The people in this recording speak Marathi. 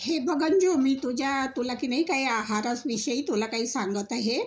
हे बघन जो मी तुझ्या तुला की नाही काही आहारचविषयी तुला काही सांगत आहे